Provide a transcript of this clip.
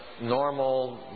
Normal